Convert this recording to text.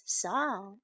song